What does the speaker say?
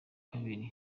kabiri